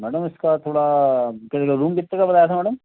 madam इसका थोड़ा कितने का रूम कितने का बताया था मैडम